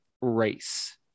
race